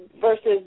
versus